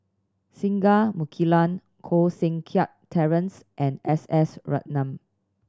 Singai Mukilan Koh Seng Kiat Terence and S S Ratnam